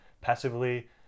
passively